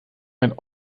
ein